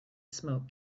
smoke